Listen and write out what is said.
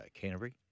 Canterbury